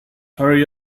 hurry